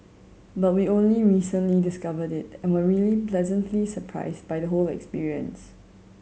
but we only recently discovered it and were really pleasantly surprised by the whole experience